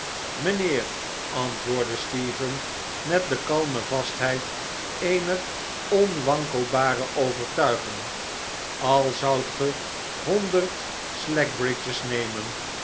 mijnheer antwoordde stephen met de kalme vastheid eener onwankelbareovertuiging al zoudt ge honderd slackbridge's nemen